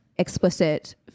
Explicit